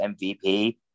mvp